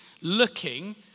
looking